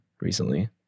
recently